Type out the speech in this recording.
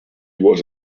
was